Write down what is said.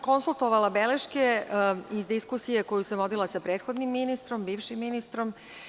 Konsultovala sam beleške iz diskusije koju sam vodila sa prethodnim ministrom, bivšim ministrom.